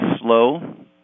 slow